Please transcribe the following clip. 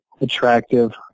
attractive